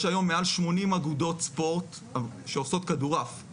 יש היום מעל 80 אגודות ספורט שעושות כדורעף,